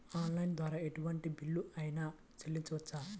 Online ద్వారా ఎటువంటి bill అయినా చెల్లించవచ్చా?